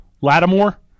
Lattimore